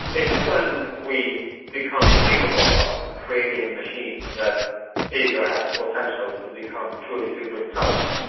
if and when we become capable of creating a machine that is or has the potential to become truly super intelligent,